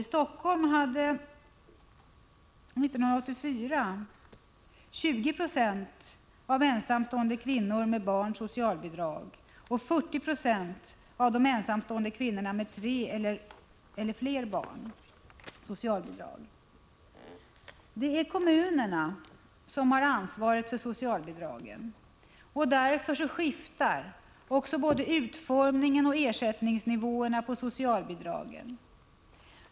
I Helsingfors hade 1984 20 26 av de ensamstående kvinnorna med barn socialbidrag. 40 26 av de ensamstående kvinnorna med tre eller fler barn hade socialbidrag. Det är kommunerna som har ansvaret för socialbidragen. Därför skiftar också både utformningen och ersättningsnivåerna på socialbidragen.